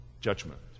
judgment